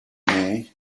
may